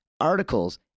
articles